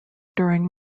during